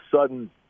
sudden